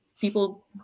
people